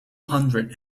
hundred